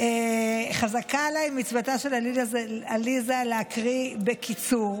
חזקה עליי מצוותה של עליזה להקריא בקיצור.